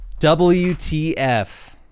WTF